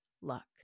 luck